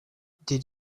did